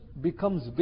becomes